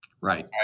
right